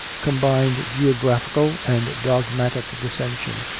combined geographical and dogmatic dissension,